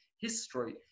history